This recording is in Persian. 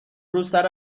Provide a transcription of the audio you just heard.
روسر